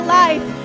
life